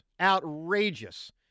outrageous